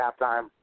halftime